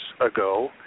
ago